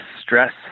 stress